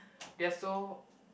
they are so